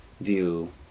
view